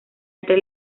entre